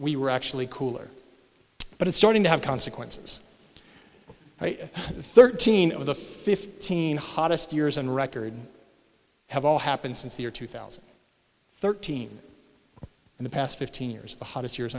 we were actually cooler but it's starting to have consequences thirteen of the fifteen hottest years on record have all happened since the year two thousand and thirteen in the past fifteen years the hottest years